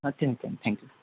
अच्छा अच्छा थँक्यू